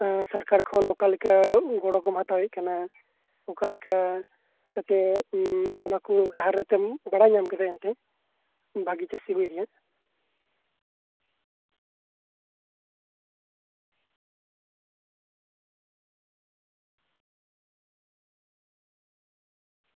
ᱥᱚᱨᱠᱟᱨ ᱠᱷᱚᱱ ᱚᱠᱟᱞᱮᱠᱟ ᱜᱚᱲᱚ ᱠᱚᱢ ᱦᱟᱛᱟᱣᱮᱫ ᱠᱟᱱᱟ ᱚᱠᱟᱞᱮᱠᱟ ᱠᱟᱛᱮ ᱚᱱᱟᱠᱚ ᱰᱟᱦᱟᱨᱮᱢ ᱵᱟᱲᱟᱭ ᱧᱟᱢ ᱠᱮᱫᱟ ᱮᱱᱛᱮᱫ ᱵᱷᱟᱹᱜᱤ ᱪᱟᱹᱥᱤ ᱨᱮᱱᱟᱜ